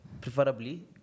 preferably